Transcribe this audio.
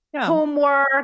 homework